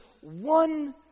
one